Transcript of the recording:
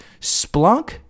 Splunk